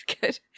good